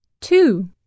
two